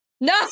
No